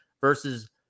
versus